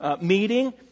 meeting